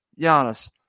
Giannis